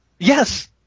Yes